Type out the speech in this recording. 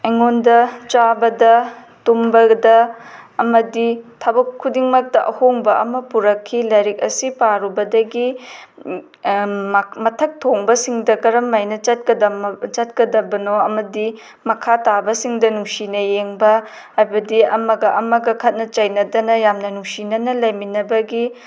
ꯑꯩꯉꯣꯟꯗ ꯆꯥꯕꯗ ꯇꯨꯝꯕꯗ ꯑꯃꯗꯤ ꯊꯕꯛ ꯈꯨꯗꯤꯡꯃꯛꯇ ꯑꯍꯣꯡꯕ ꯑꯃ ꯄꯨꯔꯛꯈꯤ ꯂꯥꯏꯔꯤꯛ ꯑꯁꯤ ꯄꯥꯔꯨꯕꯗꯒꯤ ꯃꯊꯛ ꯊꯣꯡꯕꯁꯤꯡꯗ ꯀꯔꯝ ꯍꯥꯏꯅ ꯆꯠꯀꯗꯕꯅꯣ ꯑꯃꯗꯤ ꯃꯈꯥ ꯇꯥꯕꯁꯤꯡꯗ ꯅꯨꯡꯁꯤꯅ ꯌꯦꯡꯕ ꯍꯥꯏꯕꯗꯤ ꯑꯃꯒ ꯑꯃꯒ ꯈꯠꯅ ꯆꯩꯅꯗꯅ ꯌꯥꯝꯅ ꯅꯨꯡꯁꯤꯅꯅ ꯂꯩꯃꯤꯟꯅꯕꯒꯤ